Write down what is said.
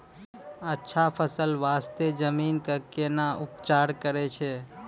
अच्छा फसल बास्ते जमीन कऽ कै ना उपचार करैय छै